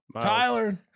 Tyler